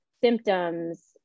symptoms